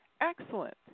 Excellent